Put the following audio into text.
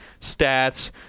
stats